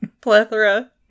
plethora